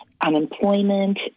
unemployment